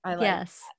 Yes